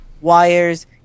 wires